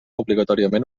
obligatòriament